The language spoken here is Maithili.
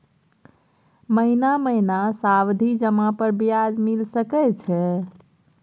महीना महीना सावधि जमा पर ब्याज मिल सके छै?